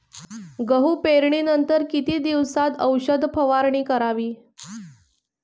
गहू पेरणीनंतर किती दिवसात औषध फवारणी करावी?